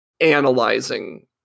analyzing